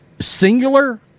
singular